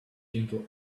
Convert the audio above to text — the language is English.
into